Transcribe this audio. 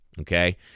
Okay